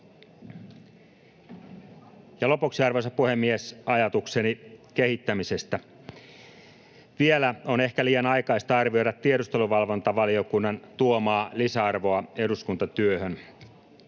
Lopuksi, arvoisa puhemies, ajatukseni kehittämisestä. Vielä on ehkä liian aikaista arvioida tiedusteluvalvontavaliokunnan tuomaa lisäarvoa eduskuntatyöhön.